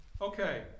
Okay